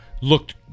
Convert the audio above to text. Looked